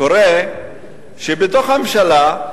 קורה שבתוך הממשלה,